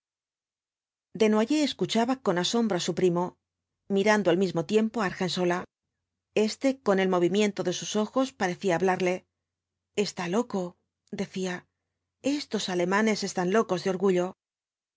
desnoyers escuchaba con asombro á su primo miranlos cuatro jinetes dhl apocalipsis do al mismo tiempo á argensola este con el movimiento de sus ojos parecía hablarle está loco decía estos alemanes están locos de orgullo